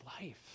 life